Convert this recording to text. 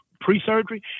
pre-surgery